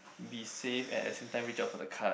be safe and at the same time reach out for the card